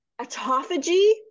autophagy